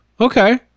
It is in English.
Okay